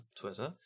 twitter